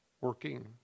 working